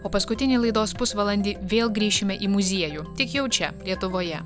o paskutinį laidos pusvalandį vėl grįšime į muziejų tik jau čia lietuvoje